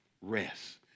rest